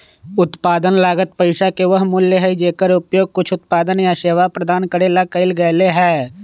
उत्पादन लागत पैसा के वह मूल्य हई जेकर उपयोग कुछ उत्पादन या सेवा प्रदान करे ला कइल गयले है